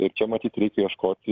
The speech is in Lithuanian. ir čia matyt reikia ieškoti